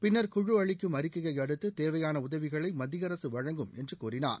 பிள்ளா் குழு அளிக்கும் அறிக்கையை அடுத்து தேவையான உதவிகளை மத்திய அரசு வழங்கும் என்று கூறினார்